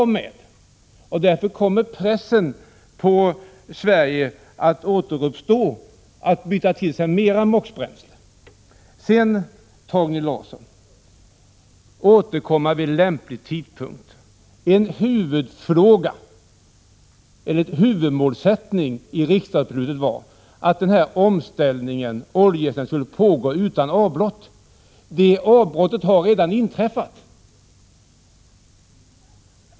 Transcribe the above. Därför kommer pressen på Sverige att byta till sig mera MOX-bränsle att återuppstå. Sedan, Torgny Larsson, talet om att återkomma vid lämplig tidpunkt. En huvudmålsättning i riksdagsbeslutet var att omställningen skulle pågå utan avbrott, men det avbrottet har redan inträffat.